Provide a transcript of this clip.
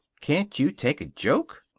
can't you take a joke?